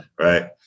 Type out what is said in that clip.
Right